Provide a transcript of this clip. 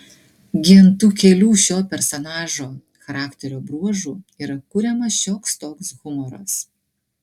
gi ant tų kelių šio personažo charakterio bruožų yra kuriamas šioks toks humoras